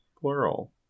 plural